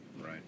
right